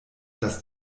dass